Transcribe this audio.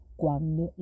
quando